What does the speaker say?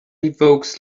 evokes